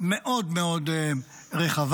מאוד מאוד רחבה,